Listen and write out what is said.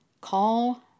call